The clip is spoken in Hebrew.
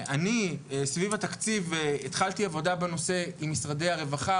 אני סביב התקציב התחלתי עבודה בנושא עם משרדי הרווחה,